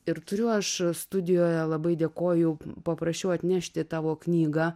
ir turiu aš studijoje labai dėkoju paprašiau atnešti tavo knygą